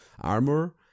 armor